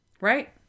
Right